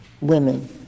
women